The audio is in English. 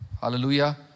Hallelujah